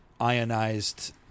ionized